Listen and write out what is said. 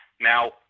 Now